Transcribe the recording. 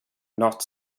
not